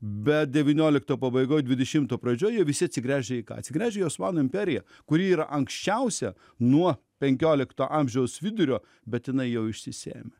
bet devyniolikto pabaigoj dvidešimto pradžioj jie visi atsigręžia į ką atsigręžia į osmanų imperiją kuri yra anksčiausia nuo penkiolikto amžiaus vidurio bet jinai jau išsisėmė